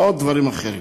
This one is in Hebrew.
ועוד דברים אחרים.